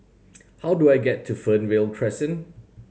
how do I get to Fernvale Crescent